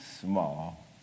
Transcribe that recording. small